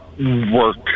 work